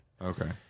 Okay